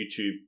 YouTube